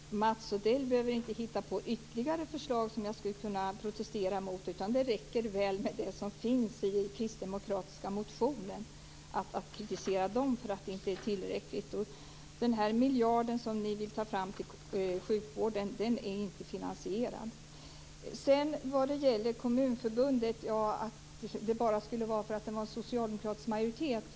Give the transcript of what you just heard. Fru talman! Mats Odell behöver inte hitta på ytterligare förslag som jag skulle kunna protestera mot. Det räcker så väl med att kritisera det som finns i den kristdemokratiska motionen för att inte vara tillräckligt. Den miljard ni vill ta fram till sjukvården är inte finansierad. Sedan säger Mats Odell att det här med Kommunförbundet berodde på att det hade fått en socialdemokratisk majoritet.